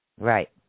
Right